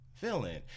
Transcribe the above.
Villain